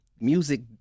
Music